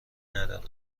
ندارم